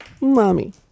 Mommy